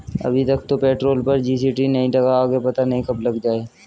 अभी तक तो पेट्रोल पर जी.एस.टी नहीं लगा, आगे पता नहीं कब लग जाएं